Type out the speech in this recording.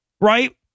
right